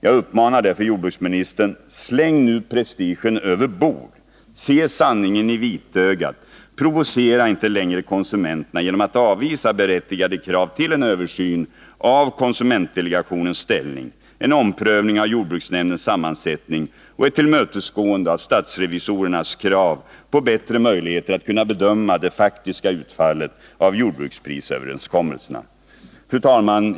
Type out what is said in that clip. Jag uppmanar därför jordbruksministern: Släng nu prestigen över bord! Se sanningen i vitögat! Provocera inte längre konsumenterna genom att avvisa berättigade krav på en översyn av konsumentdelegationens ställning, en omprövning av jordbruksnämndens sammansättning och ett tillmötesgående av statsrevisorernas krav på bättre möjligheter att bedöma det faktiska utfallet av jordbruksprisöverenskommelserna! Fru talman!